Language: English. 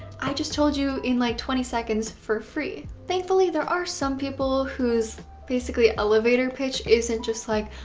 i just told you in like twenty seconds for free. thankfully there are some people whose basically elevator pitch isn't just like,